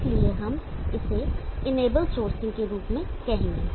इसलिए हम इसे इनेबल सोर्सिंग के रूप में कहेंगे